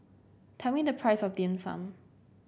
tell me the price of Dim Sum